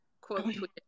quote